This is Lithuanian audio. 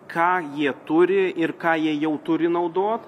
ką jie turi ir ką jie jau turi naudot